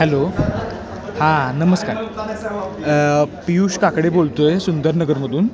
hello हां नमस्कार पियुष काकडे बोलतो आहे सुंदर नगरमधून